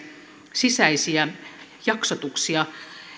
sisäisiä jaksotuksia